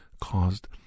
caused